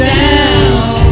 down